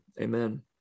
amen